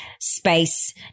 space